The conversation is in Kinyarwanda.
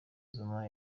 zuma